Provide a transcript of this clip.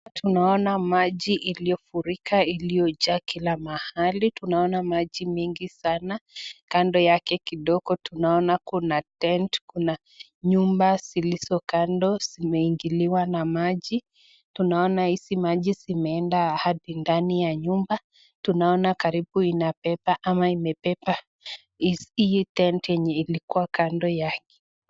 Tunaona maji iliyofurika iliyojaa kila mahali. Tunaona maji mengi sana. Kando yake kidogo tunaona kuna tent , kuna nyumba zilizokando zimeingiliwa na maji. Tunaona hizi maji zimeenda hadi ndani ya nyumba. Tunaona karibu inabeba ama imebeba hii tent yenye ilikuwa kando yake.